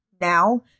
Now